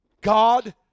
God